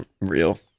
real